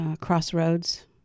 crossroads